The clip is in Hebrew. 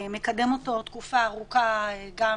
מקדם אותו תקופה ארוכה גם